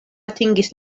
atingis